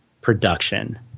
production